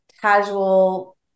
casual